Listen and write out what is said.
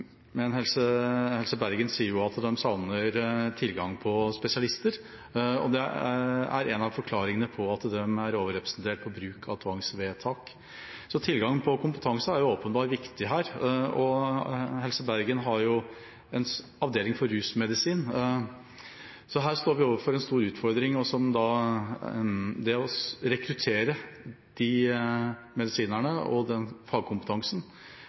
men Helse Bergen sier at de savner tilgang på spesialister, og det er en av forklaringene på at de er overrepresentert i bruk av tvangsvedtak. Så tilgang på kompetanse er åpenbart viktig her, og Helse Bergen har en avdeling for rusmedisin. Her står vi overfor en stor utfordring, så hvordan vil statsråden ta fatt i det å rekruttere de medisinerne og den fagkompetansen?